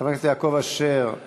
חבר הכנסת יעקב אשר,